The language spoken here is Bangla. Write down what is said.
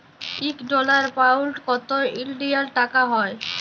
ইক ডলার, পাউল্ড কত ইলডিয়াল টাকা হ্যয়